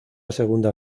segunda